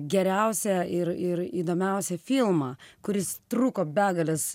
geriausią ir ir įdomiausią filmą kuris truko begales